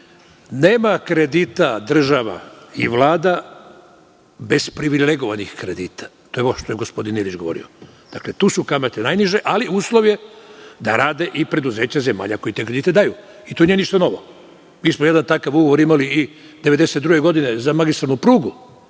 Nema kredita država i Vlada bez privilegovanih kredita. To je ovo što je gospodin Ilić govorio. Tu su kamate najniže, ali uslov je da rade i preduzeća zemalja koje te kredite daju i to nije ništa novo. Mi smo jedan takav ugovor imali 1992. godine za magistralnu prugu